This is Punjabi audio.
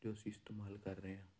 ਜੋ ਅਸੀ ਇਸਤੇਮਾਲ ਕਰ ਰਹੇ ਆ